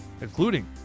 including